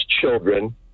children